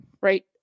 right